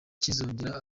kizongera